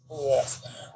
Yes